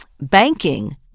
banking